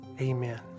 Amen